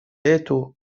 эту